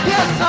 Yes